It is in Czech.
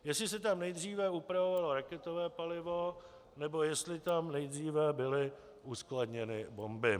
Jestli se tam nejdříve upravovalo raketové palivo, anebo jestli tam nejdříve byly uskladněny bomby.